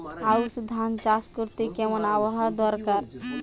আউশ ধান চাষ করতে কেমন আবহাওয়া দরকার?